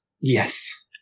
Yes